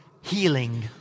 healing